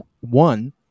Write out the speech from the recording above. one